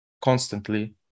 constantly